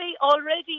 Already